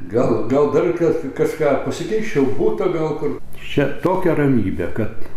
gal gal dar kas kažką pasikeisčiau butą gal kur čia tokia ramybė kad